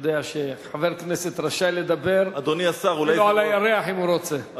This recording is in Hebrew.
יודע שחבר כנסת רשאי לדבר אפילו על הירח אם הוא רוצה.